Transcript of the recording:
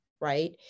Right